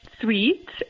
sweet